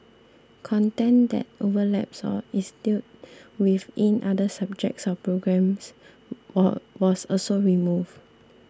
content that overlaps or is dealt with in other subjects or programmes were was also removed